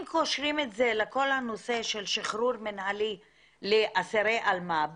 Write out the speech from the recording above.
אם קושרים את זה לכל הנושא של שחרור מנהלי לאסירי אלמ"ב